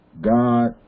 God